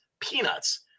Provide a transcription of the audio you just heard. Peanuts